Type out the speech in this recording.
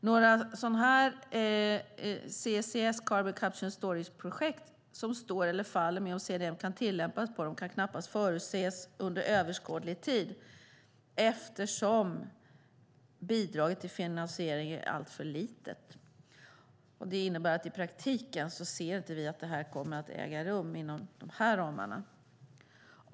Några carbon capture and storage-projekt som står eller faller med om CDM kan tillämpas på dem kan knappast förutses under överskådlig tid eftersom bidraget till finansieringen är alltför litet. Det innebär att i praktiken ser vi inte att det här kommer att äga rum inom dessa ramar.